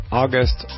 august